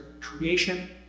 creation